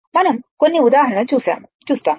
మనం కొన్ని ఉదాహరణ చూస్తాము